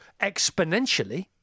exponentially